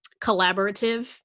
collaborative